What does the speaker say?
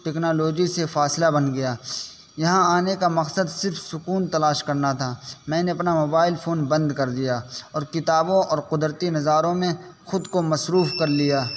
technology سے فاصلہ بن گیا یہاں آنے کا مقصد صرف سکون تلاش کرنا تھا میں نے اپنا موبائل فون بند کر دیا اور کتابوں اور قدرتی نظاروں میں خود کو مصروف کر لیا